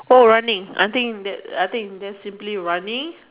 oh running I think that uh I think just simply running